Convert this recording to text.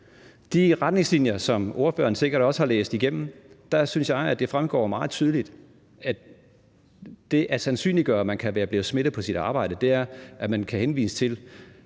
de retningslinjer, som ordføreren sikkert også har læst igennem, synes jeg at det fremgår meget tydeligt, at det at sandsynliggøre, at man kan være blevet smittet på sit arbejde, er, at man kan henvise til,